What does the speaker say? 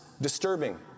disturbing